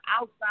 outside